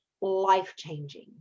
life-changing